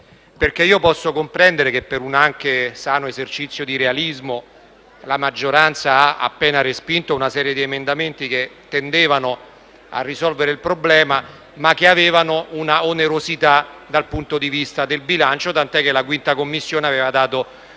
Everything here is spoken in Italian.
balneari. Posso comprendere che, anche per un sano esercizio di realismo, la maggioranza abbia appena respinto una serie di emendamenti che tendevano a risolvere il problema, ma che avevano una onerosità dal punto di vista del bilancio, tant'è che la 5a Commissione aveva